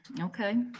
Okay